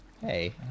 Hey